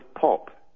pop